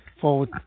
forward